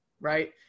right